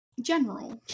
general